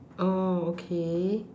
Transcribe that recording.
oh okay